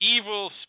Evil